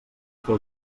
fer